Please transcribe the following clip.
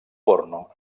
porno